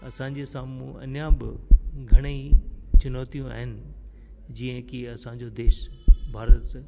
असांजे साम्हूं अञा ब घणेई चुनौतियूं आहिनि जीअं की असांजो देश भारत से